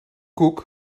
cook